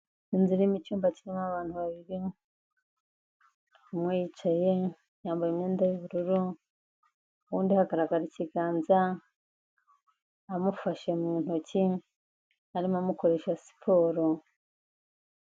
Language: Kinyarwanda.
Inzu irimo icyumba kirimo abantu babiri umwe yicaye yambaye imyenda y'ubururu undi aragaragara ikiganza amufashe mu ntoki arimo amukoresha siporo.